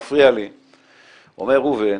אומר ראובן,